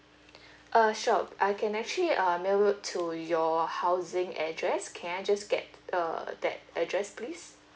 uh sure I can actually uh mail it to your housing address can I just get uh that address please